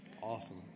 Awesome